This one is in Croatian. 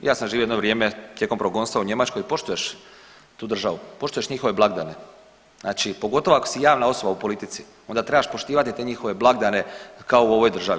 I ja sam živio jedno vrijeme tijekom progonstva u Njemačkoj i poštuješ tu državu, poštuješ njihove blagdane, znači pogotovo ako si javna osoba u politici onda trebaš poštivati te njihove blagdane kao u ovoj državi.